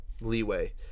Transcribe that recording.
leeway